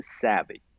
savvy